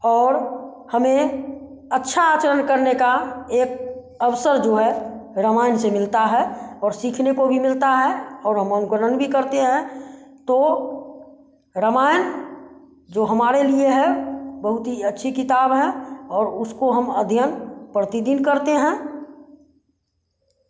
और हमें अच्छा आचरण करने का एक अवसर जो है रामायण से मिलता है और सीखने को मिलता है और हम अनुकरण भी करते हैं तो रामायण जो हमारे लिए है बहुत ही अच्छी किताब है और उसको हम अध्यन प्रति दिन करते हैं